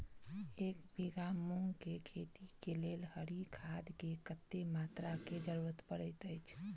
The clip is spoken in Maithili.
एक बीघा मूंग केँ खेती केँ लेल हरी खाद केँ कत्ते मात्रा केँ जरूरत पड़तै अछि?